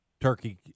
turkey